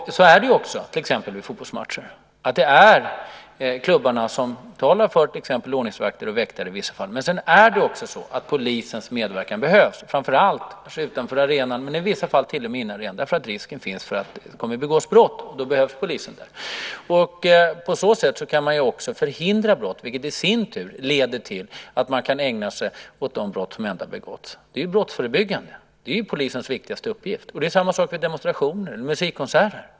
Så är det också till exempel vid fotbollsmatcher. Det är klubbarna som betalar för till exempel ordningsvakter och väktare i vissa fall. Men sedan behövs också polisens medverkan, framför allt kanske utanför arenan men i vissa fall även inne på arenan därför att risken finns för att det kommer att begås brott, och då behövs polisen där. På så sätt kan man också förhindra brott, vilket i sin tur leder till att man kan ägna sig åt de brott som ändå har begåtts. Det är ju brottsförebyggande arbete, och det är polisens viktigaste uppgift. Det är samma sak vid demonstrationer och vid konserter.